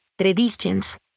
traditions